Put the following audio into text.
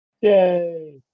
Yay